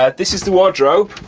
ah this is the wardrobe,